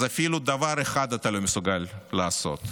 אז אפילו דבר אחד אתה לא מסוגל לעשות.